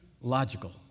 Logical